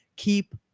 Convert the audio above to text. Keep